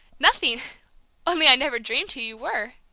nothing only i never dreamed who you were!